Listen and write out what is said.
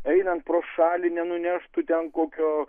einant pro šalį nenuneštų ten kokio